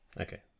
Okay